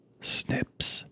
Snips